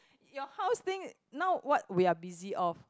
your house thing now what we are busy of